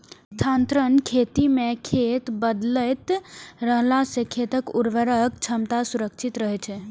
स्थानांतरण खेती मे खेत बदलैत रहला सं खेतक उर्वरक क्षमता संरक्षित रहै छै